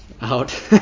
out